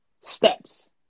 steps